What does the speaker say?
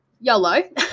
yolo